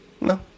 No